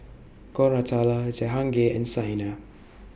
Koratala Jehangirr and Saina